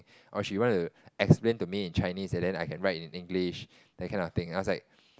or she want to explain to me in Chinese and then I can write in English that kind of thing I was like